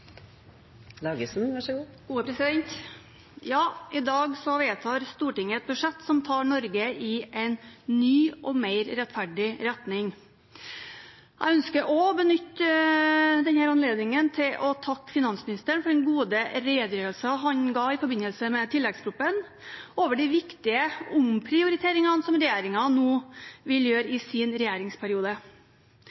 I dag vedtar Stortinget et budsjett som tar Norge i en ny og mer rettferdig retning. Jeg ønsker også å benytte denne anledningen til å takke finansministeren for den gode redegjørelsen han ga i forbindelse med tilleggsproposisjonen over de viktige omprioriteringene som regjeringen nå vil gjøre